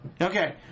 Okay